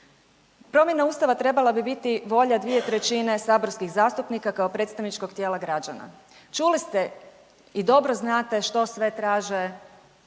Promjena Ustava trebala bi biti volja 2/3 saborskih zastupnika kao predstavničkog tijela građana. Čuli ste i dobro znate što sve traže